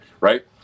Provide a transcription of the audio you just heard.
Right